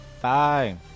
Bye